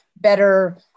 better